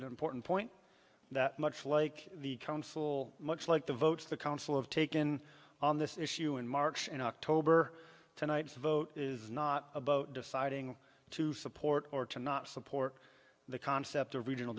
an important point that much like the council much like the votes the council of taken on this issue in marks and october tonight's vote is not about deciding to support or to not support the concept of regional